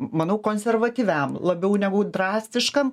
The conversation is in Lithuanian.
manau konservatyviam labiau negu drastiškam